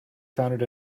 founded